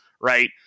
right